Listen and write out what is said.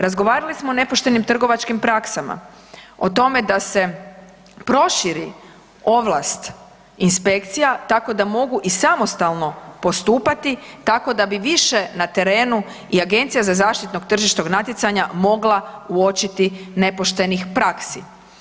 Razgovarali smo o nepoštenim trgovačkim praksama, o tome da se proširi ovlast inspekcija tako da mogu i samostalno postupati tako da bi više na terenu i Agencija za zaštitu tržišnog natjecanja mogla uočiti nepoštenih praksi.